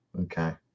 okay